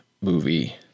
movie